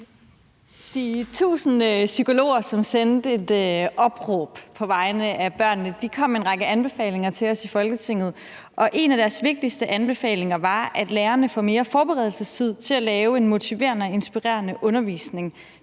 De 1.000 psykologer, som sendte et opråb på vegne af børnene, kom med en række anbefalinger til os i Folketinget, og en af deres vigtigste anbefalinger var, at lærerne får mere forberedelsestid til at lave en motiverende og inspirerende undervisning.